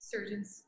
Surgeons